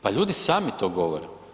Pa ljudi sami to govore.